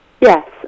Yes